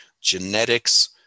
genetics